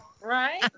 Right